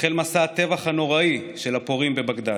החל מסע הטבח הנוראי של הפורעים בבגדאד.